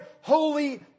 holy